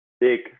big